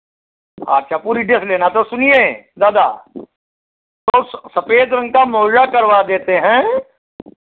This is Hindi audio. अच्छा पूरी ड्रेस लेना तो सुनिए दादा तो सफ़ेद रंग का मोजा करवा देते हैं